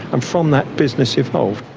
and from that, business evolved.